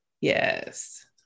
Yes